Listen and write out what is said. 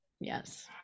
Yes